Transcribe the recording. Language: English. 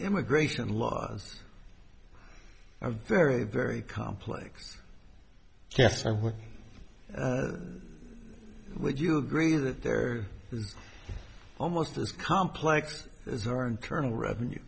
immigration laws are very very complex yes or what would you agree that there is almost as complex as our internal revenue